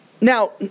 Now